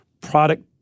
product